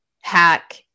hack